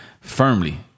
Firmly